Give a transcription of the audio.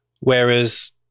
Whereas